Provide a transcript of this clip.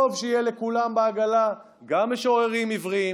טוב שיהיו לכולם בעגלה גם משוררים עבריים,